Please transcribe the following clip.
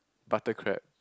butter crab